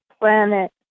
planet